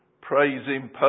praising